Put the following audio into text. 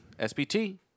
SPT